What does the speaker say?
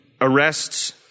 arrests